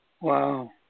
Wow